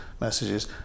messages